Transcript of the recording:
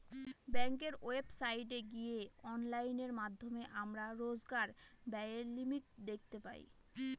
ব্যাঙ্কের ওয়েবসাইটে গিয়ে অনলাইনের মাধ্যমে আমরা রোজকার ব্যায়ের লিমিট দেখতে পাই